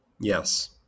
Yes